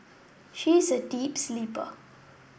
she is a deep sleeper